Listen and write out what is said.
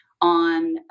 on